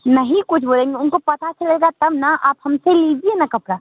नहीं कुछ बोलेंगे उनको पता चलेगा तब न आप हमसे लीजिए न कपड़ा